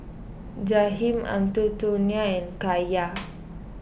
Jaheim Antonio and Kaia